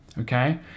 Okay